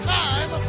time